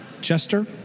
Chester